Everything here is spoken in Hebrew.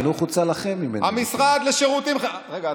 המשרד לשירותים, רגע.